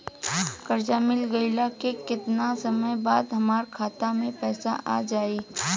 कर्जा मिल गईला के केतना समय बाद हमरा खाता मे पैसा आ जायी?